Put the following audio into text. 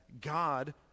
God